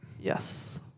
Yes